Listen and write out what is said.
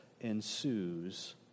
ensues